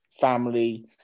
family